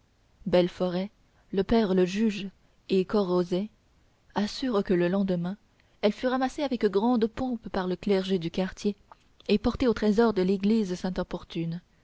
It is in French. belle forêt le père le juge et corrozet assurent que le lendemain elle fut ramassée avec grande pompe par le clergé du quartier et portée au trésor de l'église sainte opportune